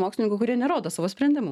mokslininkų kurie nerodo sprendimų